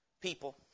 People